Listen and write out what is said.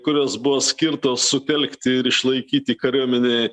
kurios buvo skirtos sutelkti ir išlaikyti kariuomenę